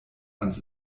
ans